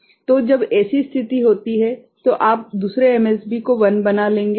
तो जब ऐसी स्थिति होती है तो आप दूसरी एमएसबी को 1 बना लेंगे